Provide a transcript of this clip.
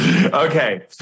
okay